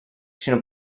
sinó